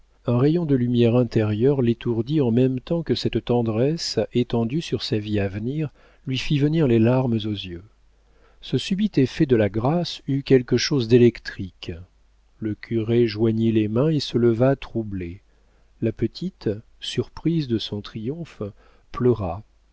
un rayon de lumière intérieure l'étourdit en même temps que cette tendresse étendue sur sa vie à venir lui fit venir les larmes aux yeux ce subit effet de la grâce eut quelque chose d'électrique le curé joignit les mains et se leva troublé la petite surprise de son triomphe pleura